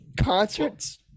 concerts